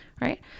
right